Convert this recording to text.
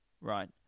right